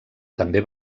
també